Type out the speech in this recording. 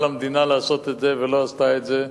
למדינה לעשות את זה והיא לא עשתה את זה,